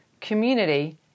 community